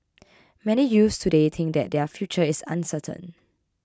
many youths today think that their future is uncertain